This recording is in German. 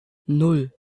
nan